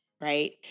right